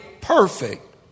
perfect